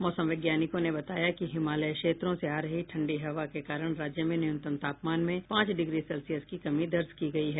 मौसम वैज्ञानिकों ने बताया कि हिमालय क्षेत्रों से आ रही ठंडी हवा के कारण राज्य में न्यूनतम तापमान में पांच डिग्री सेल्सियस की कमी दर्ज की गयी है